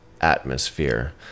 atmosphere